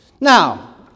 now